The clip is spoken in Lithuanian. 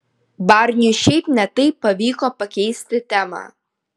barniui šiaip ne taip pavyko pakeisti temą